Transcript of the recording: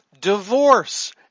Divorce